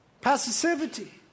passivity